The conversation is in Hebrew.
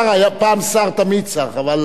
עכשיו הוא סגן שר האוצר, אבל הוא שר.